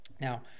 Now